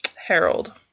Harold